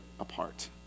apart